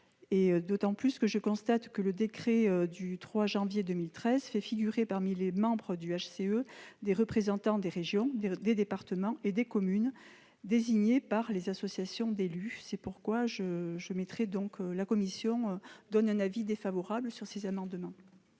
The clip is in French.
Enfin, je constate que le décret du 3 janvier 2013 fait figurer, parmi les membres du HCE, des représentants des régions, des départements et des communes désignés par les associations d'élus. La commission spéciale a émis un avis défavorable sur ces amendements.